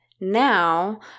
now